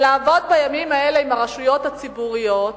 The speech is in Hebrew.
ולעבוד בימים האלה עם הרשויות הציבוריות,